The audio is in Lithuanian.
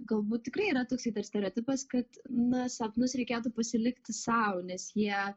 galbūt tikrai yra toks stereotipas kad na sapnus reikėtų pasilikti sau nes jie